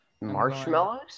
Marshmallows